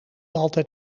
altijd